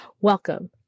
Welcome